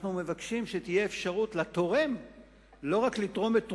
אנחנו מבקשים שלתורם תהיה אפשרות לא רק לתרום את תרומתו,